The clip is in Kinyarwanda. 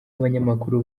abanyamakuru